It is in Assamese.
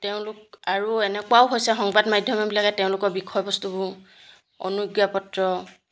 তেওঁলোক আৰু এনেকুৱাও হৈছে সংবাদ মাধ্যমবিলাকে তেওঁলোকৰ বিষয়বস্তুবোৰ অনুজ্ঞাপত্ৰ